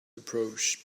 approach